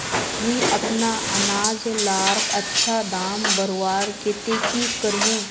मुई अपना अनाज लार अच्छा दाम बढ़वार केते की करूम?